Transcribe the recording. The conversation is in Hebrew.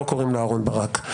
לא קוראים לו אהרון ברק.